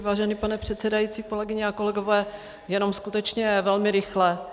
Vážený pane předsedající, kolegyně a kolegové, jenom skutečně velmi rychle.